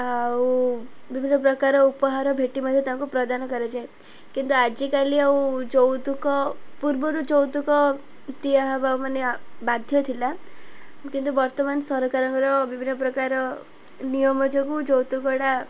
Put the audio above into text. ଆଉ ବିଭିନ୍ନ ପ୍ରକାର ଉପହାର ଭେଟି ମଧ୍ୟ ତାଙ୍କୁ ପ୍ରଦାନ କରାଯାଏ କିନ୍ତୁ ଆଜିକାଲି ଆଉ ଯୌତୁକ ପୂର୍ବରୁ ଯୌତୁକ ଦିଆ ହେବା ମାନେ ବାଧ୍ୟ ଥିଲା କିନ୍ତୁ ବର୍ତ୍ତମାନ ସରକାରଙ୍କର ବିଭିନ୍ନ ପ୍ରକାର ନିୟମ ଯୋଗୁଁ ଯୌତୁକଟା